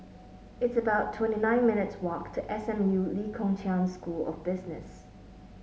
it's about twenty nine minutes' walk to S M U Lee Kong Chian School of Business